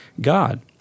God